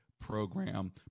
program